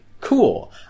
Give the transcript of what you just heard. cool